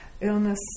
illness